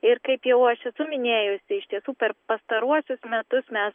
ir kaip jau aš esu minėjusi iš tiesų per pastaruosius metus mes